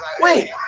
wait